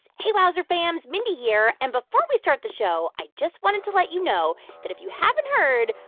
hey, wowzer fams. mindy here. and before we start the show, i just wanted to let you know that if you haven't heard,